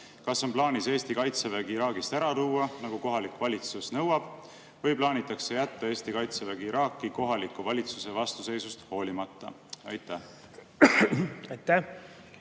Kas on plaanis Eesti kaitsevägi Iraagist ära tuua, nagu kohalik valitsus nõuab, või plaanitakse jätta Eesti kaitsevägi Iraaki kohaliku valitsuse vastuseisust hoolimata? Suur